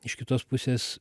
iš kitos pusės